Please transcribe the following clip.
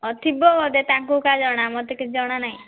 ଥିବ ବୋଧେ ତାଙ୍କୁ ଏକା ଜଣା ମୋତେ କିଛି ଜଣାନାହିଁ